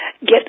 get